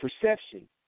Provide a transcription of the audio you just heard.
perception